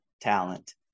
talent